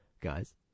Guys